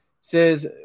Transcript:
says